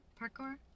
Parkour